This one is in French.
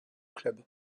club